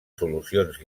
solucions